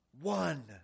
one